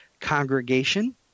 congregation